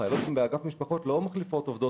החיילות באגף זה לא מחליפות גורמים